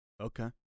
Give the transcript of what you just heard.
okay